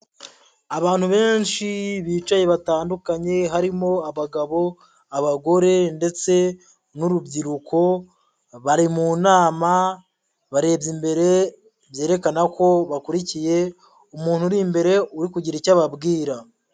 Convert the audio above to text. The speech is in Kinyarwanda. Abantu benshi bicaye batandukanye harimo abagabo, abagore ndetse n'urubyiruko bari mu nama barebye imbere, byerekana ko bakurikiye umuntu uri imbere uri kugira icyo ababwira.